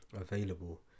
available